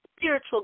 spiritual